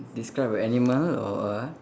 describe a animal or a